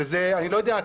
שזה אני לא יודע,